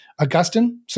Augustine